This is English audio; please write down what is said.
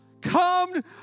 Come